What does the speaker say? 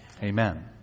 Amen